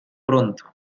pronto